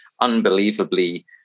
unbelievably